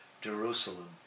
Jerusalem